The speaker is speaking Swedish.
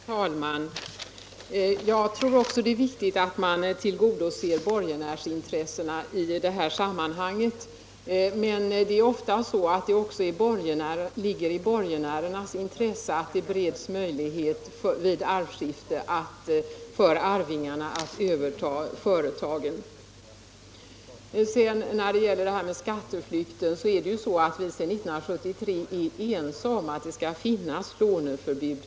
Herr talman! Jag tror också att det är viktigt att man tillgodoser borgenärsintressena i det här sammanhanget. Men ofta ligger det även i borgenärernas intresse att det vid arvskifte bereds möjlighet för arvingarna att överta företagen. När det sedan gäller skatteflykten är vi sedan 1973 ense om att det skall finnas låneförbud.